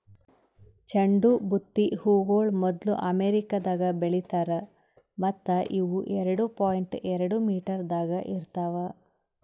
ಚಂಡು ಬುತ್ತಿ ಹೂಗೊಳ್ ಮೊದ್ಲು ಅಮೆರಿಕದಾಗ್ ಬೆಳಿತಾರ್ ಮತ್ತ ಇವು ಎರಡು ಪಾಯಿಂಟ್ ಎರಡು ಮೀಟರದಾಗ್ ಇರ್ತಾವ್